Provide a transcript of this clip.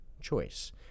choice